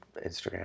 Instagram